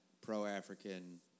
pro-African